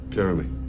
Jeremy